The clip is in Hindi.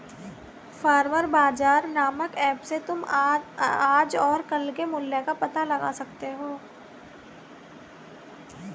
फार्मर बाजार नामक ऐप से तुम आज और कल के मूल्य का पता लगा सकते हो